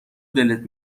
دلت